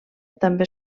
també